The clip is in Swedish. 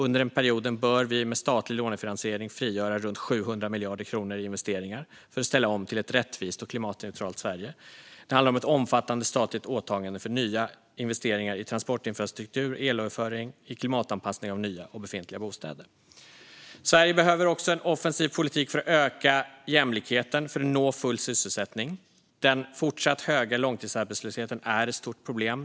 Under den perioden bör vi med statlig lånefinansiering frigöra runt 700 miljarder kronor i investeringar för att ställa om till ett rättvist och klimatneutralt Sverige. Det handlar om ett omfattande statligt åtagande för nya investeringar i transportinfrastruktur, elöverföring och klimatanpassning av nya och befintliga bostäder. Sverige behöver också en offensiv politik för att öka jämlikheten och för att nå full sysselsättning. Den fortsatt höga långtidsarbetslösheten är ett stort problem.